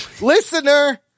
Listener